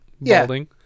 balding